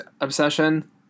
obsession